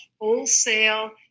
wholesale